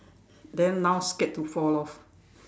then now scared to fall off